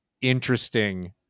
interesting